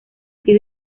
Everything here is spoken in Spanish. sido